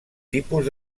tipus